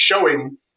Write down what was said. showing